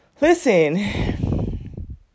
Listen